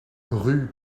rue